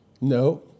No